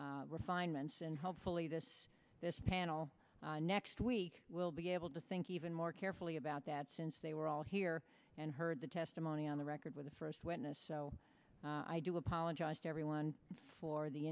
and hopefully this this panel next week will be able to think even more carefully about that since they were all here and heard the testimony on the record with the first witness so i do apologize to everyone for the